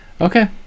Okay